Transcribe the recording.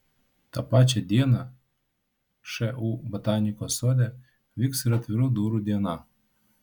tą pačią dieną šu botanikos sode vyks ir atvirų durų diena